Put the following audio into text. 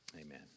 Amen